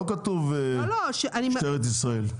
לא כתוב משטרת ישראל.